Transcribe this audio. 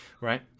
right